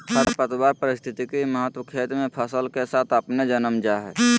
खरपतवार पारिस्थितिक महत्व खेत मे फसल साथ अपने जन्म जा हइ